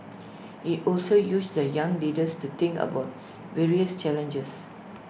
he also use the young leaders to think about various challenges